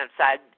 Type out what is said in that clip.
outside